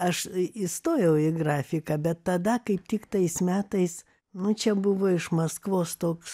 aš įstojau į grafiką bet tada kaip tik tais metais nu čia buvo iš maskvos toks